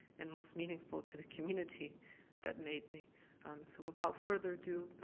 and most meaningful to the community that made me. so without further ado,